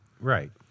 Right